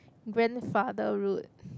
grandfather road